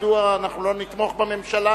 מדוע אנחנו לא נתמוך בממשלה,